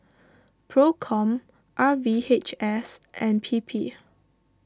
Procom R V H S and P P